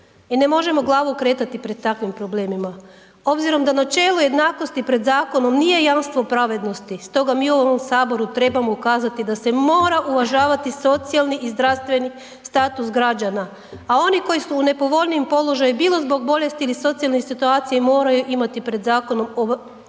i ne možemo glavu okretati pred takvim problemima. Obzirom da načelo jednakosti pred zakonom nije jamstvo pravednosti stoga mi u ovom HS trebamo ukazati da se mora uvažavati socijalni i zdravstveni status građana, a oni koji su u nepovoljnijem položaju bilo zbog bolesti ili socijalnih situacija moraju imati pred zakonom određene